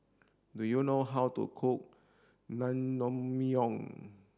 do you know how to cook Naengmyeon